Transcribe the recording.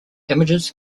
images